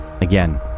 Again